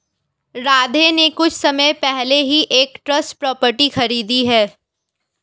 राधे ने कुछ समय पहले ही एक ट्रस्ट प्रॉपर्टी खरीदी है